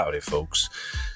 folks